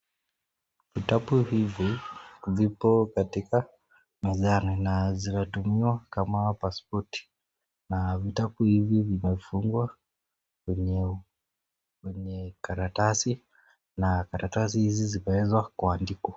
Vitabu hivi ziko katika meza na zinatumiwa kama pasipoti na vitabu hivi vimefungwa kwenye karatasi na karatasi hizi zimeweza kuandikwa.